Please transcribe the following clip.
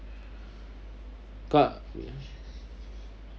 god